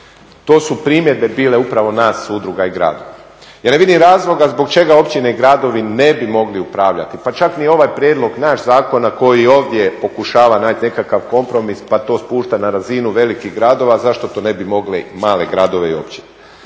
To su primjedbe bile upravo nas udruga i grada. Ja ne vidim razloga zbog čega općine i gradovi ne bi mogli upravljati, pa čak ni ovaj prijedlog naš zakona koji ovdje pokušava naći nekakav kompromis pa to spušta na razinu velikih gradova, zašto to ne bi mogli mali gradovi i općine.